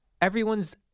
everyone's